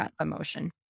emotion